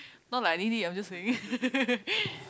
not like I need it I'm just saying